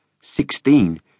Sixteen